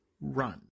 run